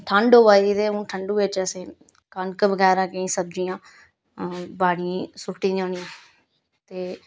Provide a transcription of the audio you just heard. ठंड होऐ दी ते ठंडू बिच्च असें कनक बगैरा केईं सब्जियां बाड़ियें च सुट्टी दियां होनियां ते